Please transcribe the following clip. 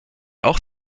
auch